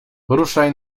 ruszaj